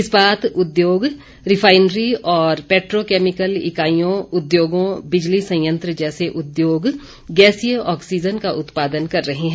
इस्पात उद्योग रिफाइनरी और पेट्रोकैमिकल इकाइयों उद्योगों बिजली संयंत्र जैसे उद्योग गैसीय ऑक्सीजन का उत्पादन कर रहे हैं